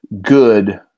good